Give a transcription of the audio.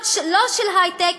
לא משרות של היי-טק,